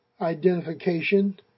identification